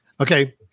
Okay